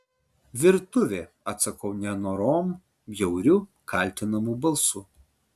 virtuvė atsakau nenorom bjauriu kaltinamu balsu